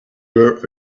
where